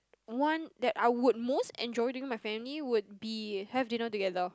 want that I would most enjoy doing with my family would be have dinner together